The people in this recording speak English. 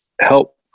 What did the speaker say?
help